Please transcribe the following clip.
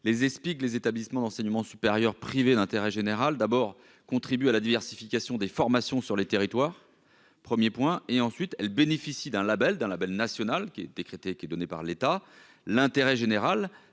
les explique les établissements d'enseignement supérieur privé d'intérêt général d'abord contribue à la diversification des formations sur les territoires 1er point et ensuite elle bénéficie d'un Label dans la Belle national qui est décrété qui est donné par l'État, l'intérêt général,